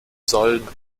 sollen